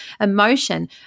emotion